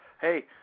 hey